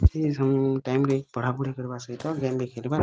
ସେଇ ସବୁ ଟାଇମ୍ରେ ପଢ଼ାପଢ଼ି କରିବା ସହିତ ଗେମ୍ ବି ଖେଳିବା